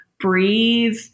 Breathe